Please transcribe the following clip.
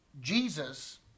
Jesus